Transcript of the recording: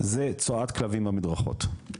זה צואת כלבים במדרכות.